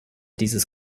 dieses